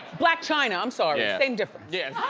blac chyna i'm sorry, same difference. yeah.